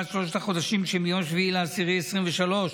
שלושת החודשים שמיום 7 באוקטובר 2023,